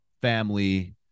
family